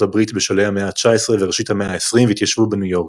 הברית בשלהי המאה ה-19 וראשית המאה ה-20 והתיישבו בניו יורק.